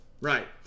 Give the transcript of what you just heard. right